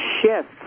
shift